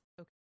Okay